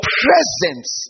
presence